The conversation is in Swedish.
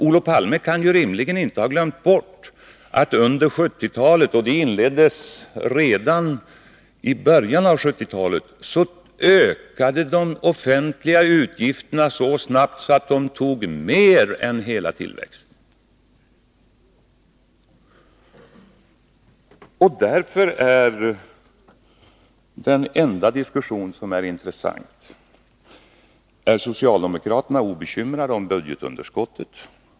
Olof Palme kan inte rimligen ha glömt bort att de offentliga utgifterna under 1970-talet — och det inleddes redan i början av 1970-talet — ökade så snabbt att de tog mer än hela tillväxten i anspråk. Därför är den enda frågeställning som är intressant: Är socialdemokraterna obekymrade om budgetunderskottet?